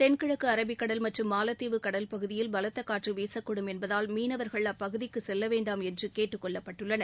தென்கிழக்கு அரபிக்கடல் மற்றும் மாலத்தீவு கடல் பகுதியில் பலத்த காற்று வீசக்கூடும் என்பதால் மீனவர்கள் அப்பகுதிக்குச் செல்ல வேண்டாம் என்று கேட்டுக் கொள்ளப்பட்டுள்ளனர்